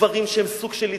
דברים שהם סוג של התנכלות,